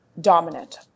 dominant